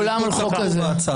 אתה מדבר על אדם אחד שהצביע.